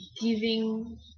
giving